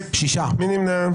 מי נמנע?